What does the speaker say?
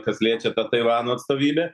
kas liečia tą taivano atstovybę